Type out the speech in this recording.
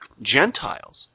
Gentiles